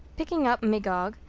picking up magog,